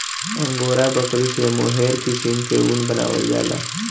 angora बकरी से mohair किसिम के ऊन बनावल जाला